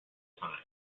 time